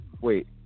wait